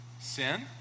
Sin